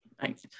Thanks